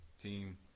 team